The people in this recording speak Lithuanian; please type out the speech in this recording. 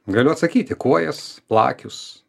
galiu atsakyti kuojas plakius